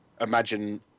imagine